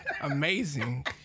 amazing